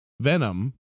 Venom